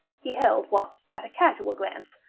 he held what, at a casual glance,